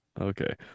Okay